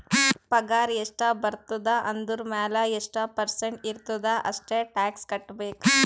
ಪಗಾರ್ ಎಷ್ಟ ಬರ್ತುದ ಅದುರ್ ಮ್ಯಾಲ ಎಷ್ಟ ಪರ್ಸೆಂಟ್ ಇರ್ತುದ್ ಅಷ್ಟ ಟ್ಯಾಕ್ಸ್ ಕಟ್ಬೇಕ್